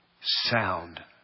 sound